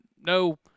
no